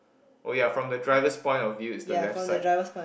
oh ya from the driver's point of view it's the left side